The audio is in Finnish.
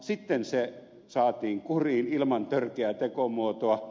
sitten se saatiin kuriin ilman törkeää tekomuotoa